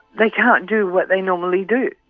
they can't do what they normally do.